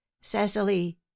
cecily